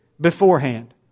Beforehand